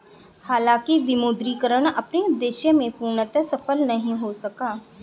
हालांकि विमुद्रीकरण अपने उद्देश्य में पूर्णतः सफल नहीं हो सका